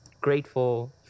grateful